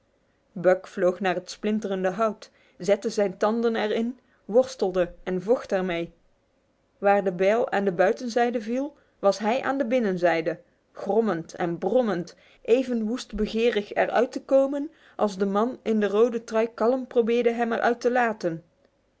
buck vloog naar het splinterende hout zette zijn tanden er in worstelde en vocht er mee waar de bijl aan de buitenzijde viel was hij aan de binnenzijde grommend en brommend even woest begerig er uit te komen als de man in de rode trui kalm probeerde hem er uit te laten